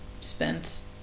spent